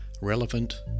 relevant